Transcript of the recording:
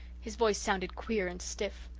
his voice sounded queer and stiff.